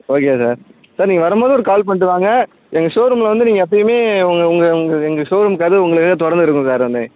okay sir sir நீங்கள் வரும்போது ஒரு கால் பண்ணிட்டு வாங்க எங்கள் ஷோ ரூமில் வந்து நீங்கள் எப்பயுமே உங்கள் உங்கள் உங்கள் எங்கள் ஷோ ரூம் கதவு உங்களுக்காக திறந்துயிருக்கும் சார் வந்து